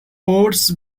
words